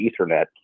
Ethernet